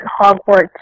Hogwarts